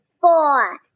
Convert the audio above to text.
four